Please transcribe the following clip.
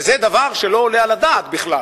וזה דבר שלא עולה על הדעת בכלל,